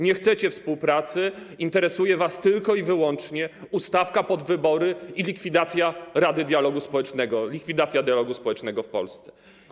Nie chcecie współpracy, interesuje was tylko i wyłącznie ustawka pod wybory i likwidacja Rady Dialogu Społecznego, likwidacja dialogu społecznego w Polsce.